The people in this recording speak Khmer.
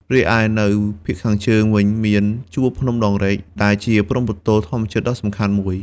រីឯនៅភាគខាងជើងវិញមាន ជួរភ្នំដងរែក ដែលជាព្រំប្រទល់ធម្មជាតិដ៏សំខាន់មួយ។